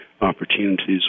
opportunities